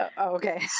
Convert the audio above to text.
okay